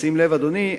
שים לב, אדוני,